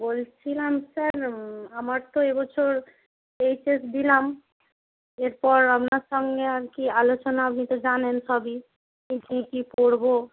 বলছিলাম স্যার আমার তো এবছর এইচএস দিলাম এরপর আপনার সঙ্গে আর কি আলোচনা আপনি তো জানেন সবই কী কী পড়ব